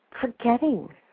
forgetting